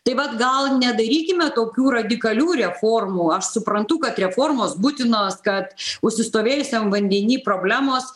tai vat gal nedarykime tokių radikalių reformų aš suprantu kad reformos būtinos kad užsistovėjusiam vandeny problemos